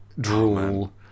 drool